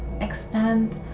expand